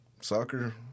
Soccer